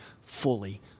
fully